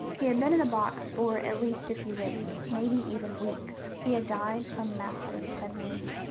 he had been in the box for at least a few days, maybe even weeks. he had died from massive head wounds.